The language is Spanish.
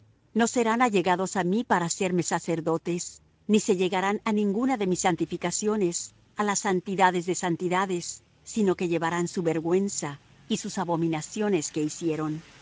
no serán allegados á mí para serme sacerdotes ni se llegarán á ninguna de mis santificaciones á las santidades de santidades sino que llevarán su vergüenza y sus abominaciones que hicieron